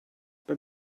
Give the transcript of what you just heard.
but